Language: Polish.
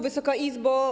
Wysoka Izbo!